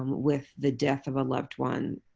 with the death of a loved one,